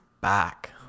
back